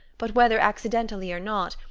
but whether accidentally or not,